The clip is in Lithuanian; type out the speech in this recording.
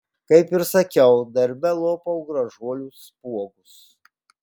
kaip ir sakiau darbe lopau gražuolių spuogus